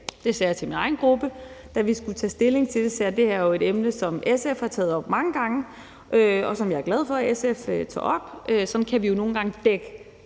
Det sagde jeg til min egen gruppe, da vi skulle tage stilling til det. Jeg sagde: Det her er jo et emne, SF har taget op mange gange, og som jeg er glad for at SF tager op. Sådan kan vi jo nogle gange dække